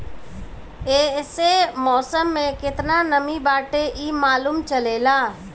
एसे मौसम में केतना नमी बाटे इ मालूम चलेला